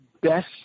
best